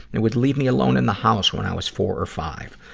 and would leave me alone in the house when i was four or five.